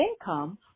income